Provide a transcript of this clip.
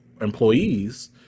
employees